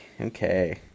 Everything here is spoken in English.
Okay